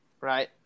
Right